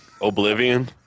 Oblivion